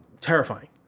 terrifying